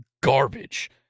garbage